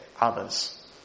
others